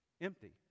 empty